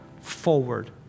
forward